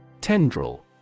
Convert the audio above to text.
Tendril